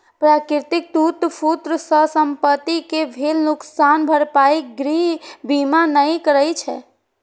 प्राकृतिक टूट फूट सं संपत्ति कें भेल नुकसानक भरपाई गृह बीमा नै करै छै